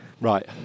Right